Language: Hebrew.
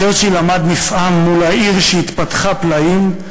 צ'רצ'יל עמד נפעם מול העיר ש"התפתחה פלאים",